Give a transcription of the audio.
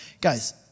guys